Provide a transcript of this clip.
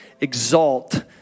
Exalt